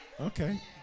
Okay